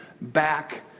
back